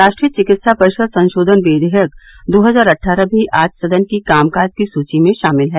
राष्ट्रीय चिकित्सा परिषद संशोधन विधेयक दो हजार अट्ठारह भी आज सदन की कामकाज की सूची में शामिल है